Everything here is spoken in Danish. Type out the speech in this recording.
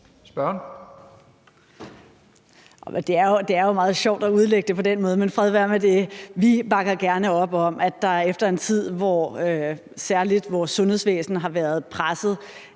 Det er jo meget sjovt at udlægge det på den måde, men fred være med det. Vi bakker gerne op om, at der efter en tid, hvor særlig vores sundhedsvæsen har været presset